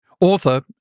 Author